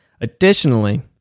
Additionally